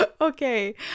Okay